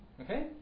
Okay